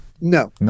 No